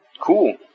cool